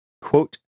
Quote